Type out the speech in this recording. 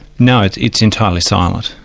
no, it's it's entirely silent.